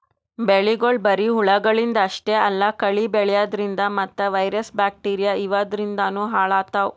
ಬೆಳಿಗೊಳ್ ಬರಿ ಹುಳಗಳಿಂದ್ ಅಷ್ಟೇ ಅಲ್ಲಾ ಕಳಿ ಬೆಳ್ಯಾದ್ರಿನ್ದ ಮತ್ತ್ ವೈರಸ್ ಬ್ಯಾಕ್ಟೀರಿಯಾ ಇವಾದ್ರಿನ್ದನೂ ಹಾಳಾತವ್